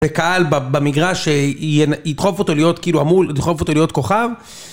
בקהל במגרש שידחוף אותו להיות כאילו אמור לדחוף אותו להיות כוכב